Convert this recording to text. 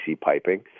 piping